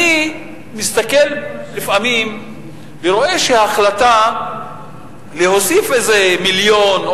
אני מסתכל לפעמים ורואה שעל החלטה להוסיף איזה מיליון,